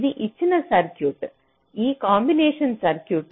ఇది ఇచ్చిన సర్క్యూట్ ఈ కాంబినేషన్ సర్క్యూట్